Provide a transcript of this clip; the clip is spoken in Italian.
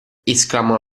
esclamò